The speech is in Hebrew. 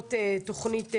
להראות תוכנית,